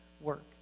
work